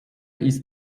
ist